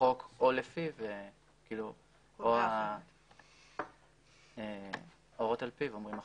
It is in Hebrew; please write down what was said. החוק או ההוראות על פיו אומרים אחרת.